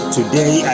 Today